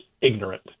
ignorant